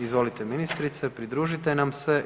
Izvolite ministrice pridružite nam se.